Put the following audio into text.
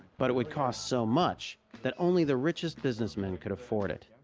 but it would cost so much that only the richest businessmen could afford it.